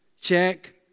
check